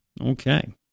Okay